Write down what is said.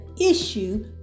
issue